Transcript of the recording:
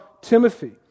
Timothy